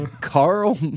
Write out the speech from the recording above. Carl